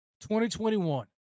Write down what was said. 2021